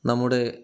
നമ്മുടെ